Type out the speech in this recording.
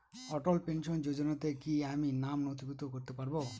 অটল pension যোজনাতে কি আমি নাম নথিভুক্ত করতে পারবো?